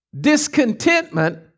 Discontentment